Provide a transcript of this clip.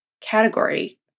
category